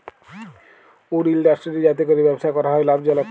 would industry যাতে ক্যরে ব্যবসা ক্যরা হ্যয় লাভজলক